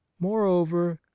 moreover,